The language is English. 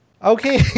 Okay